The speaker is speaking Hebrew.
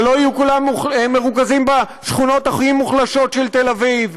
שלא יהיו כולם מרוכזים בשכונות הכי מוחלשות של תל אביב,